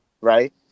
Right